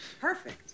perfect